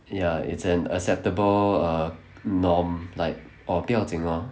ya it's an acceptable ah norm like orh 不要紧 lor